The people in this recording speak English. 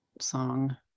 song